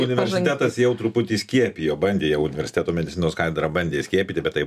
universitetas jau truputį skiepijo bandė jie universiteto medicinos katedra bandė skiepyti bet tai